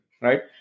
Right